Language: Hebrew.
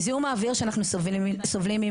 זיהום האוויר שאנחנו סובלים ממנו,